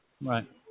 Right